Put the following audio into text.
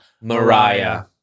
Mariah